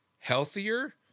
healthier